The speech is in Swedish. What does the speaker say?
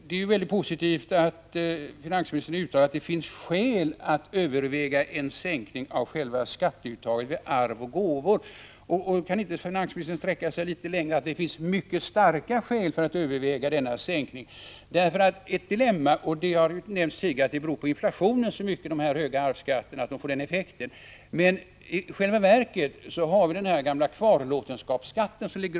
Det är ju positivt att finansministern uttalar att det finns skäl att överväga en sänkning av själva skatteuttaget vid arv och gåvor, men kan inte finansministern sträcka sig litet längre och säga att det finns mycket starka skäl för att överväga en sådan sänkning? Det har tidigare sagts att det beror på inflationen att de höga arvsskatterna får den här effekten. Men i själva verket är det den gamla kvarlåtenskapsskatten som spökar.